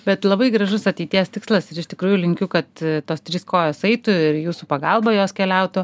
bet labai gražus ateities tikslas ir iš tikrųjų linkiu kad tos trys kojos eitų ir jūsų pagalba jos keliautų